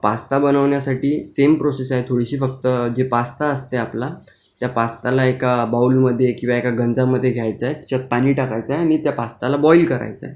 pasta बनवण्यासाठी same process आहे थोडीशी फक्त जे पास्ता असते आपला त्या पास्त्याला एका बाउलमध्ये किंवा एका गंजामध्ये घ्यायचं आहे त्याच्यात पाणी टाकायचं आहे आणि त्या पास्त्याला बॉईल करायचं आहे